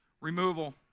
Removal